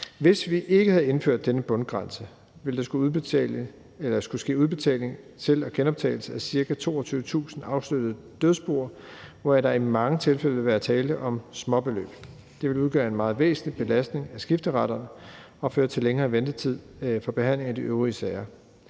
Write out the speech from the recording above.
Hvis vi ikke havde indført denne bundgrænse, ville der skulle ske genoptagelse og udbetaling af ca. 22.000 afsluttede dødsboer, hvoraf der i mange tilfælde vil være tale om småbeløb. Det vil udgøre en meget væsentlig belastning af skifteretterne og føre til længere ventetid for behandling af de øvrige sager.